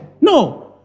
No